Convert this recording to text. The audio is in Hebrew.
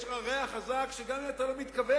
יש בה ריח חזק מדי שגם אם אתה לא מתכוון,